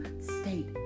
state